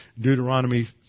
Deuteronomy